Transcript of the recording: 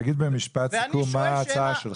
תגיד במשפט סיכום מה ההצעה שלך.